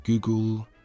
Google